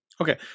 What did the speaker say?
Okay